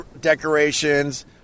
decorations